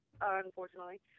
unfortunately